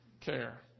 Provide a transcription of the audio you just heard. care